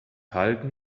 halten